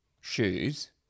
shoes